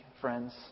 friends